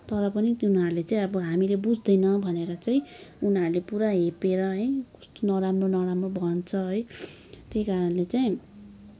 तर पनि त्यो उनीहरूले चाहिँ हामीले बुझ्दैन भनेर चाहिँ उनीहरूले पुरा हेपेर है कस्तो नराम्रो नराम्रो भन्छ है त्यही कारणले चाहिँ